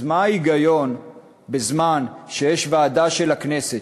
אז מה ההיגיון שבזמן שיש ועדה של הכנסת,